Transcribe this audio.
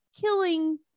killing